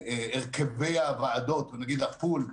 הרכבי הוועדות או נגיד הפול,